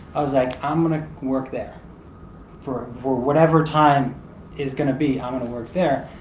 i was like, i'm going to work there for for whatever time is going to be, i'm going to work there.